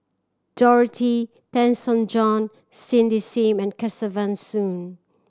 Dorothy Tessensohn Cindy Sim and Kesavan Soon